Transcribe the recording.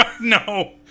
No